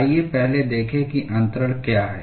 आइए पहले देखें कि अन्तरण क्या है